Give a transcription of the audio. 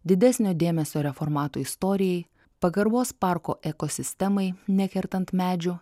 didesnio dėmesio reformatų istorijai pagarbos parko ekosistemai nekertant medžių